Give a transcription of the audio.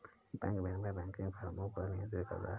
bank विनियमन banking फ़र्मों को नियंत्रित करता है